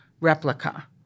replica